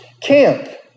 camp